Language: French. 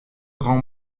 grands